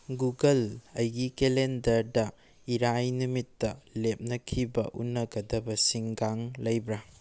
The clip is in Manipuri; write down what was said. ꯒꯨꯒꯜ ꯑꯩꯒꯤ ꯀꯦꯂꯦꯟꯗꯔꯗ ꯏꯔꯥꯏ ꯅꯨꯃꯤꯠꯇ ꯂꯦꯞꯅꯈꯤꯕ ꯎꯅꯒꯗꯕꯁꯤꯡꯒ ꯂꯩꯕ꯭ꯔꯥ